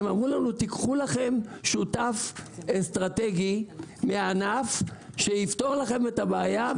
הם אמרו לנו שניקח שותף אסטרטגי מהענף שיפתור לכם את הבעיה.